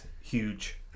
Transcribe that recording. Huge